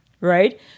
right